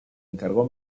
encargó